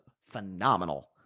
phenomenal